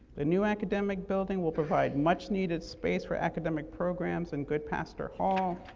the new academic building will provide much needed space for academic programs in goodpaster hall,